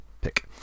pick